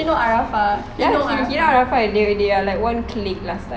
you know arafah shakira and arafah they one clique last time